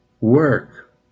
work